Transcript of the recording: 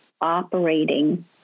operating